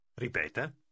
Ripeta